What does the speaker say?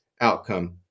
outcome